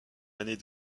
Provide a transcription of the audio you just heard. années